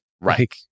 Right